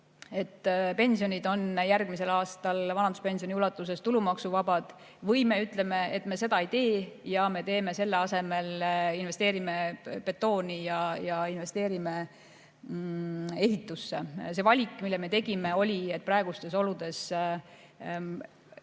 et pensionid on järgmisel aastal vanaduspensioni ulatuses tulumaksuvabad, või me ütleme, et me seda ei tee ja me selle asemel investeerime betooni ja investeerime ehitusse? See valik, mille me tegime, oli, et praegustes oludes